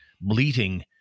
bleating